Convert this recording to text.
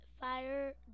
fire